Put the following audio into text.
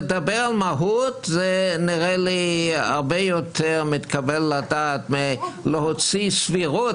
לדבר על מהות נראה לי הרבה יותר מתקבל על הדעת מאשר להוציא סבירות,